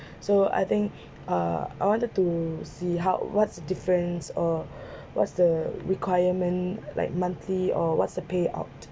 so I think uh I wanted to see how what's the difference or what's the requirement like monthly or what's the payout